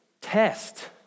test